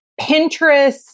Pinterest